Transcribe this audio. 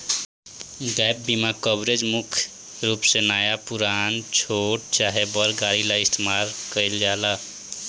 gap बीमा coverage मुख्य रूप से नया पुरान, छोट चाहे बड़ गाड़ी ला इस्तमाल कईल जाला